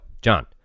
John